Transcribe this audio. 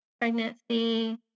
pregnancy